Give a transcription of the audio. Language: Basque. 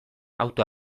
auto